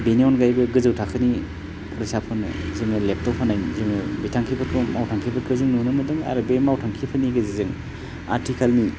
बेनि अनगायैबो गोजौ थाखोनि फरायसाफोरनो जोङो लेपटप होनाय जोङो बिथांखिफोरखौ मावथांखिफोरखौ जों नुनो मोन्दों आरो बे मावथांखिफोरनि गेजेरजों आथिखालनि